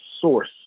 source